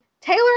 Taylor